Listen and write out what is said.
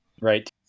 Right